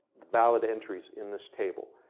valid entries in this table.